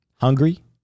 Hungry